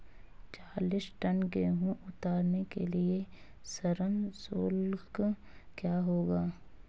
चालीस टन गेहूँ उतारने के लिए श्रम शुल्क क्या होगा?